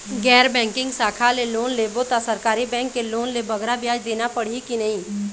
गैर बैंकिंग शाखा ले लोन लेबो ता सरकारी बैंक के लोन ले बगरा ब्याज देना पड़ही ही कि नहीं?